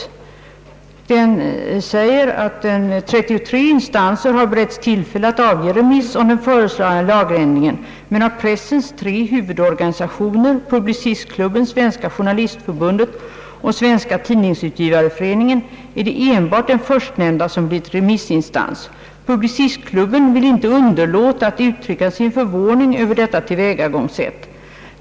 Publicistklubben säger: »Trettiotre instanser har beretts tillfälle att avge remiss om den föreslagna lagändringen; men av pressens tre huvudorganisationer, Publicistklubben, Svenska Journalistförbundet och Svenska Tidningsutgivareföreningen, är det enbart den förstnämnda som blivit remissinstans. Publicistklubben vill inte underlåta att uttrycka sin förvåning över detta tillvägagångssätt.